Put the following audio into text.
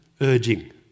urging